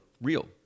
real